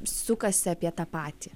sukasi apie tą patį